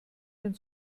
den